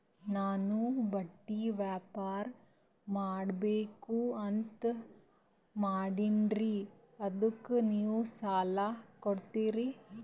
ನಾನು ಬಟ್ಟಿ ವ್ಯಾಪಾರ್ ಮಾಡಬಕು ಅಂತ ಮಾಡಿನ್ರಿ ಅದಕ್ಕ ನೀವು ಸಾಲ ಕೊಡ್ತೀರಿ?